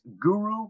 guru